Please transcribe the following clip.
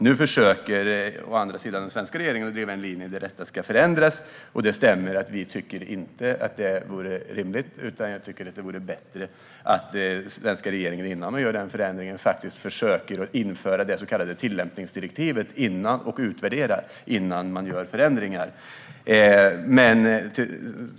Nu försöker den svenska regeringen å andra sidan driva en linje där detta ska förändras, och det stämmer att vi inte tycker att det vore rimligt. Jag tycker i stället att det vore bättre om den svenska regeringen, innan den gör den förändringen, faktiskt försökte införa det så kallade tillämpningsdirektivet och utvärdera det.